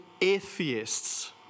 atheists